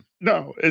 No